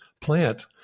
plant